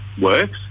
works